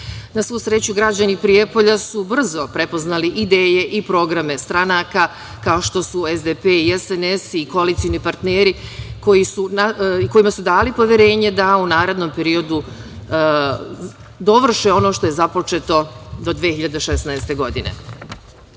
Na svu sreću, građani Prijepolja su brzo prepoznali ideje i programe stranaka, kao što su SDP i SNS i koalicioni partneri, kojima su dali poverenje da u narednom periodu dovrše ono što je započeto do 2016. godine. Ovo